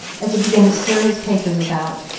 as he began to stir his papers about,